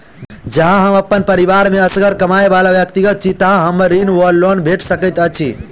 जँ हम अप्पन परिवार मे असगर कमाई वला व्यक्ति छी तऽ हमरा ऋण वा लोन भेट सकैत अछि?